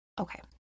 okay